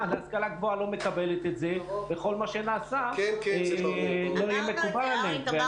להשכלה גבוהה לא מקבלת את זה וכל מה שנעשה איננו מקובל עליהם.